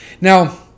Now